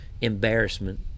embarrassment